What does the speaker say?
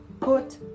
put